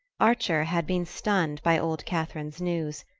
archer had been stunned by old catherine's news.